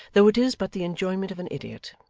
though it is but the enjoyment of an idiot.